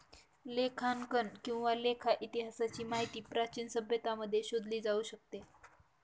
लेखांकन किंवा लेखा इतिहासाची माहिती प्राचीन सभ्यतांमध्ये शोधली जाऊ शकते